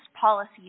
policies